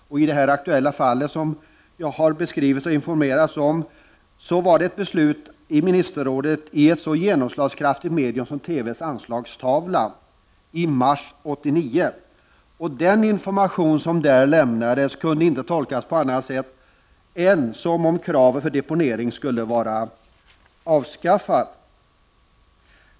Det aktuella fall som jag har beskrivit gäller ett beslut i Ministerrådet. Det informerades om detta i ett så genomslagskraftigt sammanhang som TV:s Anslagstavlan i mars 1989. Den information som då lämnades kunde inte tolkas på annat sätt än att kravet på deponering var avskaffat.